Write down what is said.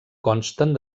consten